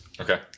Okay